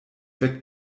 weckt